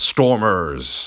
Stormers